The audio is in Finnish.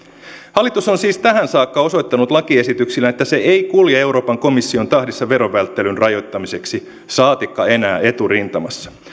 hallitus on siis tähän saakka osoittanut lakiesityksillään että se ei kulje euroopan komission tahdissa verovälttelyn rajoittamiseksi saatikka enää eturintamassa